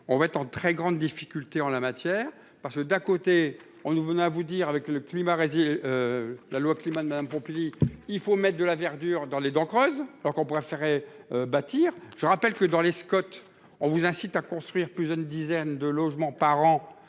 on va être en très grande difficulté en la matière parce que d'un côté on nous venez à vous dire avec le climat. La loi climat madame Pompili. Il faut mettre de la verdure dans les dents creuses alors qu'on pourra faire. Bâtir. Je rappelle que dans les Scott, on vous incite à construire plus une dizaine de logements par an